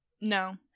No